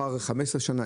אחר 15 שנה,